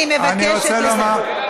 אני מבקשת לסיים.